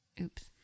Oops